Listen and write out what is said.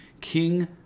King